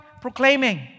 proclaiming